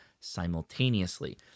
simultaneously